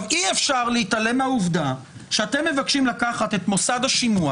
אי אפשר להתעלם מהעובדה שאתם מבקשים לקחת את מוסד השימוע